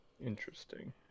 Interesting